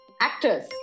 actors